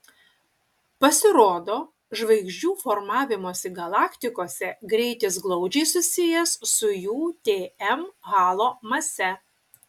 pasirodo žvaigždžių formavimosi galaktikose greitis glaudžiai susijęs su jų tm halo mase